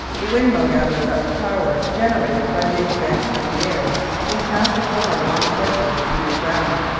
the windmill gathers up the power generated by the expansion of the air in passing over long stretches of heated ground,